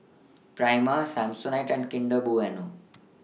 Prima Samsonite and Kinder Bueno